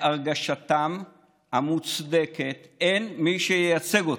בהרגשתם המוצדקת, אין מי שייצג אותם.